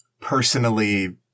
personally